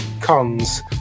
Cons